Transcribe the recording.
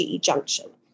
junction